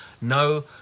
no